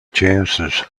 chances